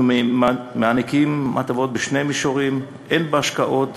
אנחנו מעניקים הטבות בשני מישורים, הן השקעות